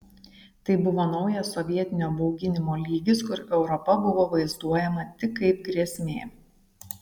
tai buvo naujas sovietinio bauginimo lygis kur europa buvo vaizduojama tik kaip grėsmė